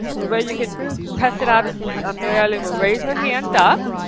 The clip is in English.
the way you can test it out is ah mary eileen will raise her hand up,